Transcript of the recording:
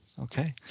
Okay